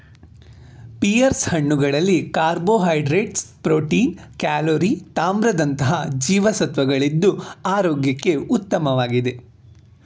pears ಹಣ್ಣುಗಳಲ್ಲಿ carbohydrates, protein, calorie ತಾಮ್ರದಂತಹ ಜೀವಸತ್ವಗಳಿದ್ದು ಆರೋಗ್ಯಕ್ಕೆ ಉತ್ತಮವಾಗಿದೆ